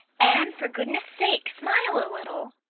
anne, for goodness sake smile a little.